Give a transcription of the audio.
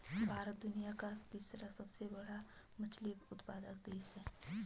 भारत दुनिया का तीसरा सबसे बड़ा मछली उत्पादक देश है